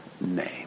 name